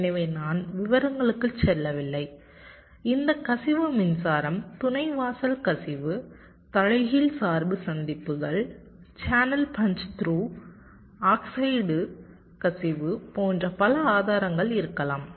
எனவே நான் விவரங்களுக்குச் செல்லவில்லை இந்த கசிவு மின்சாரம் துணை வாசல் கசிவு தலைகீழ் சார்பு சந்திப்புகள் சேனல் பஞ்ச் த்ரூ ஆக்சைடு கசிவு போன்ற பல ஆதாரங்கள் இருக்கலாம்